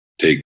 take